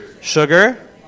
Sugar